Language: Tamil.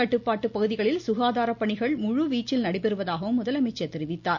கட்டுப்பாட்டு பகுதிகளில் சுகாதாரப்பணிகள் முழுவீச்சில் நடைபெறுவதாகவும் முதலமைச்சர் தெரிவித்தார்